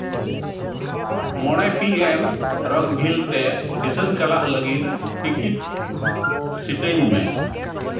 ᱢᱚᱬᱮ P M ᱨᱚᱠᱵᱷᱤᱞ ᱛᱮ ᱫᱤᱥᱟᱹᱢ ᱪᱟᱞᱟᱜ ᱞᱟᱹᱜᱤᱫ ᱴᱤᱠᱤᱴ ᱥᱤᱴᱟᱹᱧ ᱢᱮ